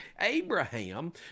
Abraham